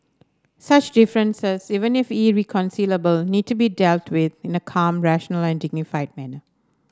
such differences even if irreconcilable need to be dealt with in a calm rational and dignified manner